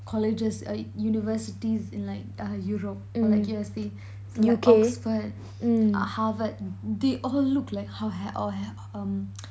colleges uh universities in like uh europe or like U_S_A so like Oxford uh harvard they all look like how hav~ all have~ um